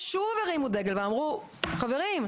ושוב הרימו דגל ואמרו: חברים,